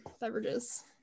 beverages